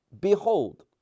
behold